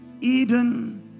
Eden